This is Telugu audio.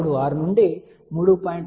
36 నుండి 3